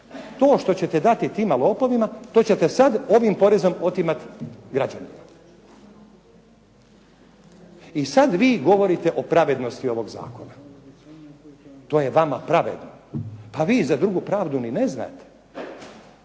to što ćete dati tima lopovima to ćete sada ovim porezom otimati građanima. I sada vi govorite o pravednosti ovog Zakona to je vama pravedno, pa vi za drugu pravdu niti ne znate.